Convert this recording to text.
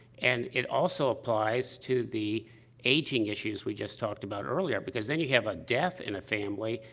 and it also applies to the aging issues we just talked about earlier, because then you have a death in a family.